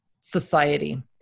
society